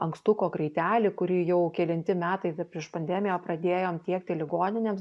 ankstuko kraitelį kurį jau kelinti metai da prieš pandemiją pradėjom tiekti ligoninėms